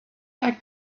like